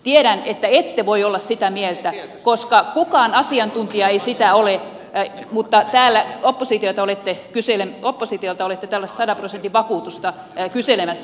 tiedän että ette voi olla sitä mieltä koska kukaan asiantuntija ei sitä ole mutta täällä oppositiolta olette tällaista sadan prosentin vakuutusta kyselemässä